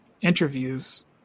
interviews